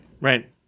Right